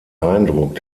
eindruck